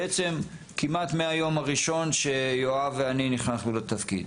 בעצם כמעט מהיום הראשון שיואב ואני נכנסנו לתפקיד.